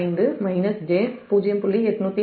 5 j0